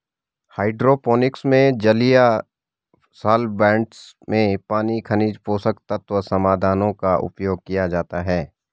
hydroponics में जलीय solvents में पानी खनिज पोषक तत्व समाधानों का उपयोग किया जाता है